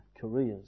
careers